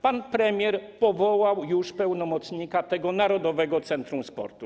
Pan premier powołał już pełnomocnika tego Narodowego Centrum Sportu.